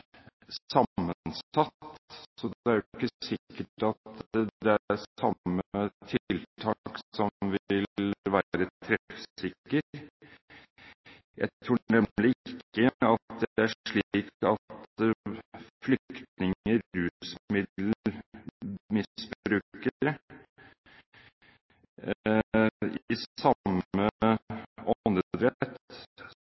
sammensatt. Det er jo ikke sikkert at det samme tiltaket vil være treffsikkert. Jeg tror nemlig ikke det er slik at flyktninger og rusmiddelmisbrukere i